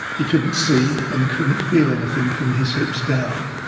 he couldn't see. and couldn't feel anything from his hips down.